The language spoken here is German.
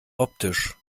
optisch